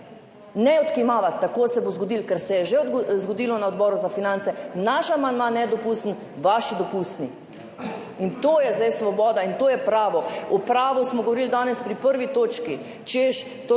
Ne odkimavati, tako se bo zgodilo, ker se je že zgodilo na Odboru za finance. Naš amandma nedopusten, vaši dopustni, in to je zdaj svoboda. In to je pravo. O pravu smo govorili danes pri 1. točki, češ,